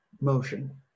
motion